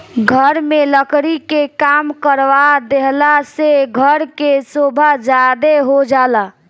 घर में लकड़ी के काम करवा देहला से घर के सोभा ज्यादे हो जाला